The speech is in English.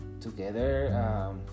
together